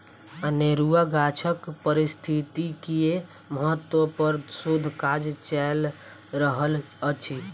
अनेरुआ गाछक पारिस्थितिकीय महत्व पर शोध काज चैल रहल अछि